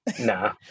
Nah